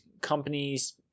companies